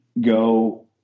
go